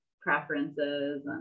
preferences